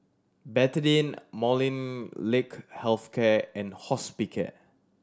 Betadine Molnylcke Health Care and Hospicare